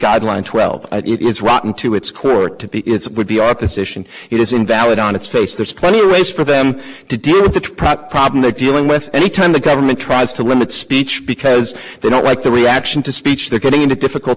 guidelines well it's rotten to its core to be its would be our position it is invalid on its face there's plenty race for them to deal with the problem they're dealing with any time the government tries to limit speech because they don't like the reaction to speech they're getting into difficult